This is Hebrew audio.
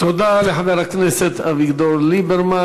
תודה לחבר כנסת אביגדור ליברמן.